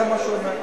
זה מה שהוא אומר,